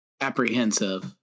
apprehensive